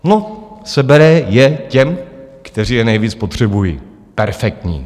No, sebere je těm, kteří je nejvíc potřebují. Perfektní!